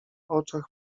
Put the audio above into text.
oczach